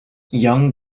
young